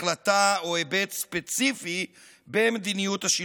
החלטה או היבט ספציפי במדיניות השלטונות.